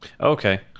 okay